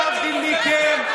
להבדיל מכם,